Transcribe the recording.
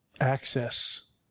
access